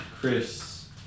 Chris